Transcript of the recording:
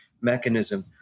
mechanism